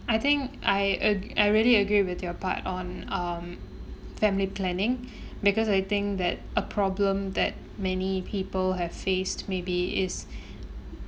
I think I a~ I really agree with your part on um family planning because I think that a problem that many people have faced maybe is